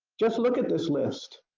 just look at this list.